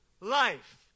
life